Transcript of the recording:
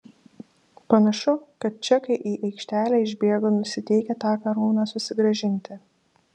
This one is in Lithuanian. panašu kad čekai į aikštelę išbėgo nusiteikę tą karūną susigrąžinti